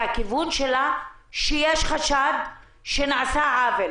שהכיוון שלה הוא שיש חשד שנעשה עוול